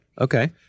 Okay